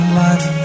life